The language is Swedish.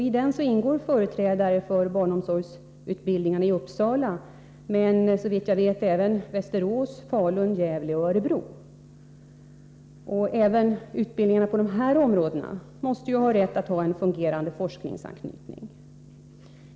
I den ingår företrädare för barnomsorgsutbildningarna i Uppsala, men såvitt jag vet även representanter från Västerås, Falun, Gävle och Örebro. Även utbildningarna på de här utbildningsorterna måste ha rätt att ha en fungerande forskningsanknytning.